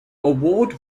award